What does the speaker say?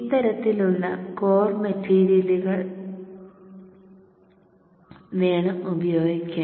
ഇത്തരത്തിലുള്ള കോർ മെറ്റീരിയലുകൾ വേണം ഉപയോഗിക്കാൻ